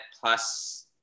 plus